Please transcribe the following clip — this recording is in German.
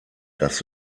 das